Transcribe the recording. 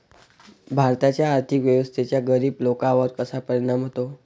भारताच्या आर्थिक व्यवस्थेचा गरीब लोकांवर कसा परिणाम होतो?